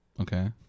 Okay